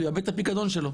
הוא יאבד את הפיקדון שלו,